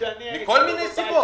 מכל מיני סיבות.